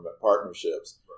partnerships